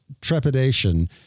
trepidation